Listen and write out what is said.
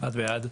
הצבעה בעד,